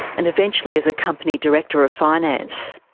and eventually as a company director of finance.